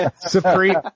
Supreme